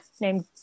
named